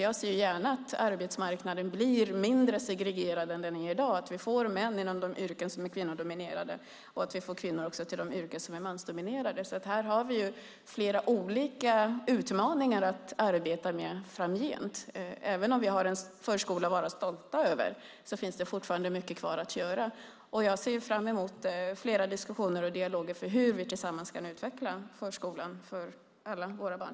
Jag ser gärna att arbetsmarknaden blir mindre segregerad än vad den är i dag, att vi får män inom kvinnodominerade yrken och kvinnor till mansdominerade yrken. Här finns flera olika utmaningar att arbeta med framgent. Även om vi har en förskola att vara stolta över finns det fortfarande mycket kvar att göra. Jag ser fram emot flera diskussioner och dialoger för hur vi tillsammans kan utveckla förskolan för alla våra barn.